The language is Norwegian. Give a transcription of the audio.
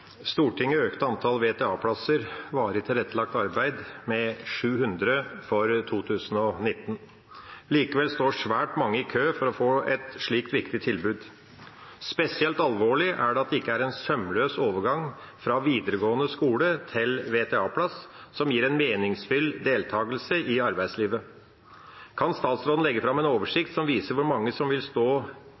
med 700 for 2019. Likevel står svært mange i kø for å få et slikt viktig tilbud. Spesielt alvorlig er det at det ikke er en sømløs overgang fra videregående skole til VTA-plass som gir en meningsfull deltakelse i arbeidslivet. Kan statsråden legge fram en oversikt som viser hvor mange som vil stå